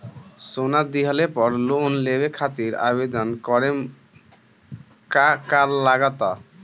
सोना दिहले पर लोन लेवे खातिर आवेदन करे म का का लगा तऽ?